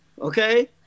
okay